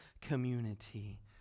community